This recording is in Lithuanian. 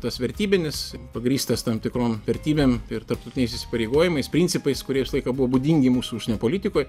tas vertybinis pagrįstas tam tikrom vertybėm ir tarptautiniais įsipareigojimais principais kurie visą laiką buvo būdingi mūsų užsienio politikoj